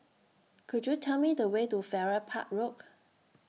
Could YOU Tell Me The Way to Farrer Park Rock